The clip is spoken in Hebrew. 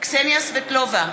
קסניה סבטלובה,